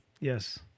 Yes